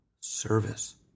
service